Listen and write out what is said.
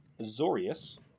Zorius